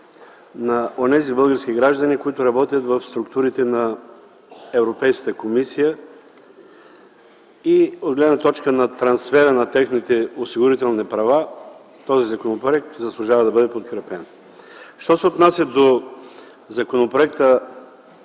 на онези български граждани, които работят в структурите на Европейската комисия. От гледна точка на трансфера на техните осигурителни права този законопроект заслужава да бъде подкрепен. Що се отнася до законопроекта